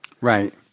right